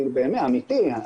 אמיתי,